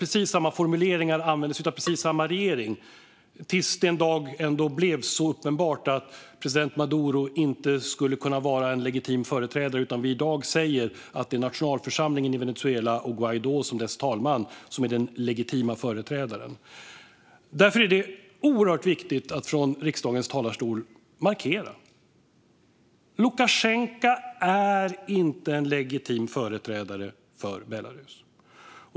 Precis samma formuleringar användes av precis samma regering tills det en dag ändå blev uppenbart att president Maduro inte skulle kunna vara en legitim företrädare och vi därför i dag säger att det är nationalförsamlingen i Venezuela och Guaidó som dess talman som är den legitima företrädaren. Därför är det oerhört viktigt att från riksdagens talarstol markera: Lukasjenko är inte en legitim företrädare för Belarus.